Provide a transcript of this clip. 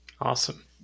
Awesome